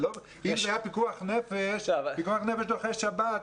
פיקוח נפש דוחה שבת,